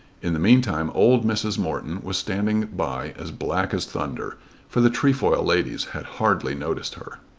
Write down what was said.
in the meantime old mrs. morton was standing by as black as thunder for the trefoil ladies had hardly noticed her.